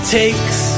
takes